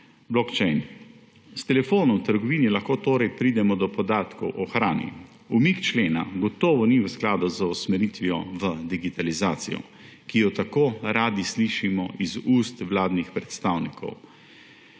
S telefonom v trgovini lahko torej pridemo do podatkov o hrani. Umik člena gotovo ni v skladu z usmeritvijo v digitalizacijo, o kateri tako radi slišimo iz ust vladnih predstavnikov.